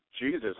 Jesus